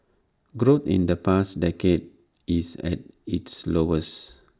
growth in the past decade is at its lowest